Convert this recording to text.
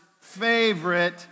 favorite